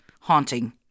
Haunting